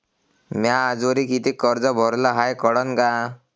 म्या आजवरी कितीक कर्ज भरलं हाय कळन का?